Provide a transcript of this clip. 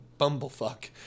bumblefuck